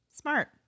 Smart